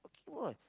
come on